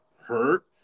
hurt